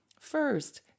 First